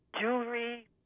jewelry